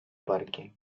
parque